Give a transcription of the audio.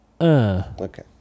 Okay